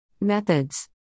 Methods